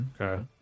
Okay